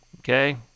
Okay